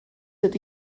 ydy